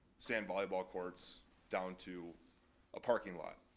sand volleyball courts, down to a parking lot.